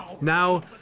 Now